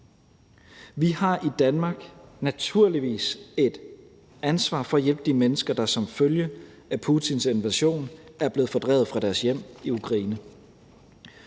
Vi har i Danmark naturligvis et ansvar for at hjælpe de mennesker, der som følge af Putins invasion er blevet fordrevet fra deres hjem i Ukraine.